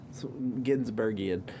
Ginsbergian